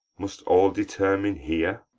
must all determine here?